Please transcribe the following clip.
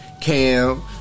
Cam